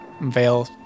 Veil